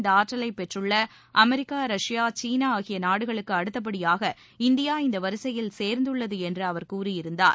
இந்த ஆற்றலை பெற்றுள்ள அமெரிக்கா ரஷ்பா சீனா ஆகிய நாடுகளுக்கு அடுத்தபடியாக உலகில் இந்தியா இந்த வரிசையில் சேர்ந்துள்ளது என்று அவர் கூறியிருந்தார்